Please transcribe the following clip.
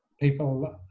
people